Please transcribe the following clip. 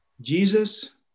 Jesus